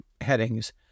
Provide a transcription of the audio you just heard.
headings